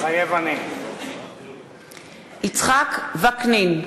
מתחייב אני יצחק וקנין,